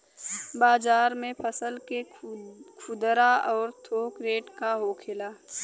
बाजार में फसल के खुदरा और थोक रेट का होखेला?